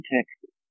Texas